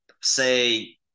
say